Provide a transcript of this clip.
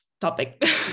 topic